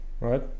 right